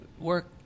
work